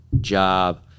job